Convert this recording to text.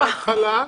זאת התחלה.